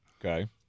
Okay